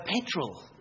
petrol